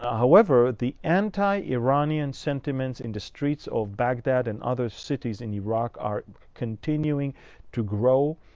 however, the anti-iranian sentiments in the streets of baghdad and other cities in iraq are continuing to grow.